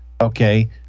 okay